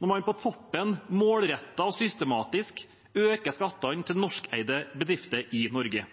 når man på toppen, målrettet og systematisk, øker skattene til norskeide bedrifter i Norge.